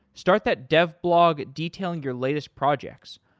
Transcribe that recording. start that dev blog, detailing your latest projects.